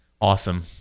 awesome